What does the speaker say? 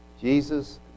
Jesus